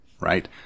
right